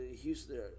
Houston